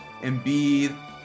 Embiid